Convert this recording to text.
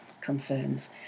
concerns